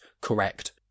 correct